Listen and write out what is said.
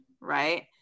right